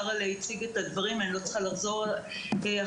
אהרל'ה הציג את הדברים, ואני צריכה לחזור עליהם.